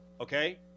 okay